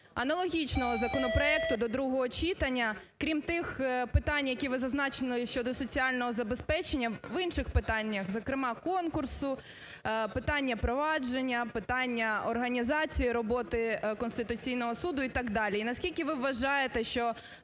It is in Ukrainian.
аналогічного законопроекту до другого читання, крім тих питань, які ви зазначили щодо соціального забезпечення в інших питаннях, зокрема, конкурсу, питання провадження, питання організації роботи Конституційного Суду і так далі?